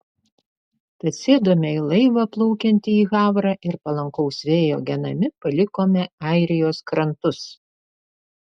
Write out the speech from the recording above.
tad sėdome į laivą plaukiantį į havrą ir palankaus vėjo genami palikome airijos krantus